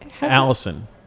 Allison